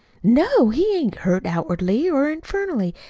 no, he ain't hurt outwardly or infernally,